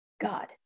God